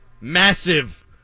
massive